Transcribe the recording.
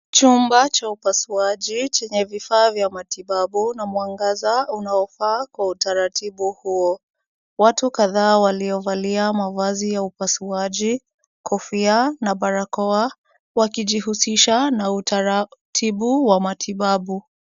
Chumba cha upasuaji chenye vifaa za matibabu na mwangaza unaofaa kwa utaratibu huo. Watu kadhaa waliovalia mavazi ya upasuaji, kofia na barakoa, wakijihusisha na utaratibu wa matibabu.